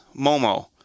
Momo